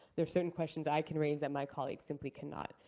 there are certain questions i can raise that my colleagues simply cannot.